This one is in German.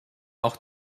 auch